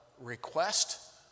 request